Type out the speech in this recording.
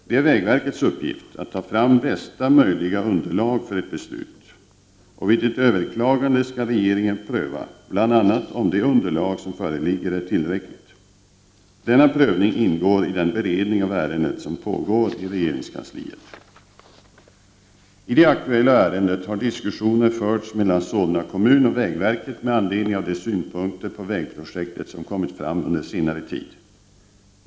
Det är vägverkets uppgift att ta fram bästa möjliga underlag för ett beslut, och vid ett överklagande skall regeringen pröva bl.a. om det underlag som föreligger är tillräckligt. Denna prövning ingår i den beredning av ärendet som pågår i regeringskansliet. I det aktuella ärendet har diskussioner förts mellan Solna kommun och vägverket med anledning av de synpunkter på vägprojektet som kommit fram under senare tid.